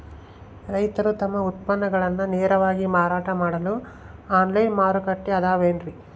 ರೈತರು ತಮ್ಮ ಉತ್ಪನ್ನಗಳನ್ನ ನೇರವಾಗಿ ಮಾರಾಟ ಮಾಡಲು ಆನ್ಲೈನ್ ಮಾರುಕಟ್ಟೆ ಅದವೇನ್ರಿ?